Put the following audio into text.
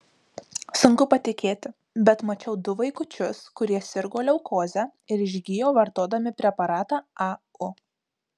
sunku patikėti bet mačiau du vaikučius kurie sirgo leukoze ir išgijo vartodami preparatą au